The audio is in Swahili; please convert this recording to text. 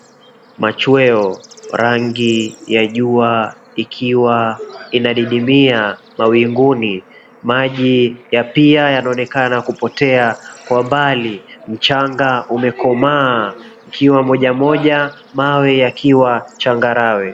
Machweo rangi ya jua ikiwa inadidimia mawinguni, maji ya pia yanaonekana kupotea kwa mbali, mchanga umekomaa ikiwa mojamoja, mawe yakiwa changarawe.